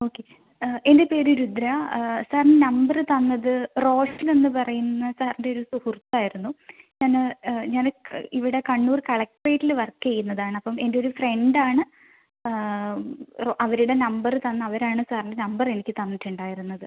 okay എൻ്റെ പേര് Rudra sir number തന്നത് റോഷൻ എന്ന് പറയുന്ന സാറിൻ്റെ ഒരു സുഹൃത്തായിരുന്നു ഞാൻ ഞാൻ ഇവിടെ കണ്ണൂർ കളക്ടറേറ്റിൽ വർക്ക് ചെയ്യുന്നതാണ് അപ്പോൾ എൻ്റെ ഒരു ഫ്രണ്ടാണ് അവരുടെ നമ്പറ് തന്ന് അവരാണ് സാറിൻ്റെ നമ്പർ എനിക്ക് തന്നിട്ട് ഉണ്ടായിരുന്നത്